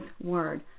word